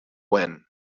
when